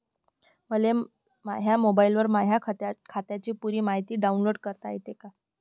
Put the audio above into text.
मले माह्या मोबाईलवर माह्या खात्याची पुरी मायती डाऊनलोड करता येते का?